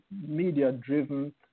media-driven